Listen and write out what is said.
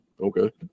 okay